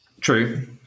True